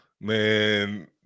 Man